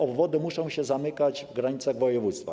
Obwody muszą się zamykać w granicach województwa.